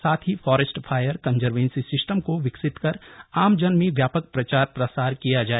साथ ही forest fire conservancy system को विकसित कर आमजन में व्यापक प्रचार प्रसार किया जाए